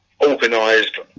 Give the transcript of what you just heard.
organised